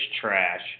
trash